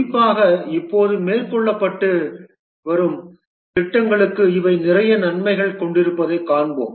குறிப்பாக இப்போது மேற்கொள்ளப்பட்டு வரும் திட்டங்களுக்கு இவை நிறைய நன்மைகளைக் கொண்டிருப்பதைக் காண்போம்